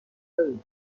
دارید